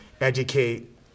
educate